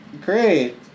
great